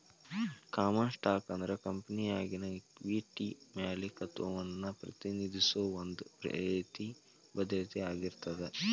common stock ಅಂದ್ರ ಕಂಪೆನಿಯಾಗಿನ equity ಮಾಲೇಕತ್ವವನ್ನ ಪ್ರತಿನಿಧಿಸೋ ಒಂದ್ ರೇತಿ ಭದ್ರತೆ ಆಗಿರ್ತದ